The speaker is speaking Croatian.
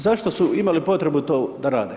Zašto su imali potrebu to da rade?